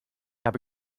habe